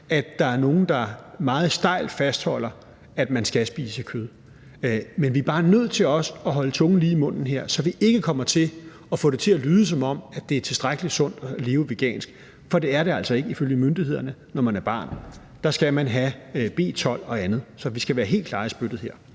at der er nogle, der meget stejlt fastholder, at man skal spise kød. Men vi er bare nødt til også her at holde tungen lige i munden, så vi ikke kommer til at få det til at lyde, som om det er tilstrækkelig sundt at leve vegansk, for det er det ifølge myndighederne altså ikke, når man er barn; der skal man have B12-vitamin og andet. Så vi skal være helt klare i spyttet her.